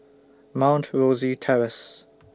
Mount Rosie Terrace